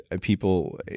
people